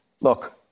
Look